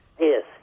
Yes